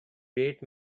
great